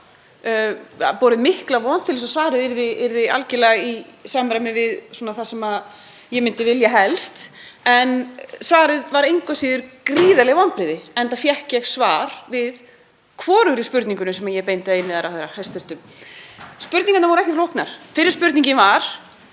borið mikla von til þess að svarið yrði algerlega í samræmi við það sem ég myndi vilja helst. En svarið var engu að síður gríðarleg vonbrigði enda fékk ég svar við hvorugri spurningunni sem ég beindi að ráðherra. Spurningarnar voru ekki flóknar. Fyrri spurningin var: